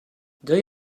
they